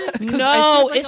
no